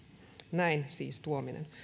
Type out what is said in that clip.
näin siis tuominen